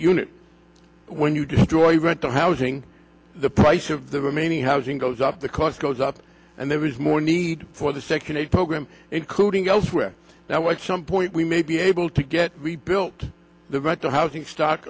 unit when you destroy rental housing the price of the remaining housing goes up the cost goes up and there is more need for the second a program including elsewhere now at some point we may be able to get rebuilt the right to housing stock